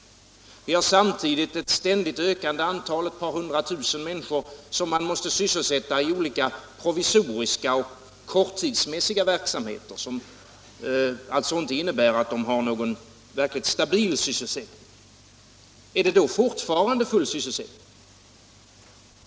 Samtidigt har vi ett ständigt ökande antal människor, f.n. ett par hundra tusen, som måste sysselsättas i olika provisoriska och korttidsmässiga verksamheter, vilket innebär att de inte har någon verkligt stabil sysselsättning. Är det då fortfarande full sysselsättning?